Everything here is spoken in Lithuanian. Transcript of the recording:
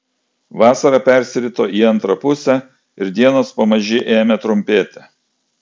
vasara persirito į antrą pusę ir dienos pamaži ėmė trumpėti